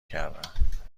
کردم